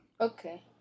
okay